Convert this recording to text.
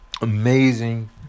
Amazing